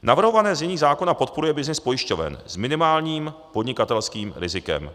Navrhované znění zákona podporuje byznys pojišťoven s minimálním podnikatelským rizikem.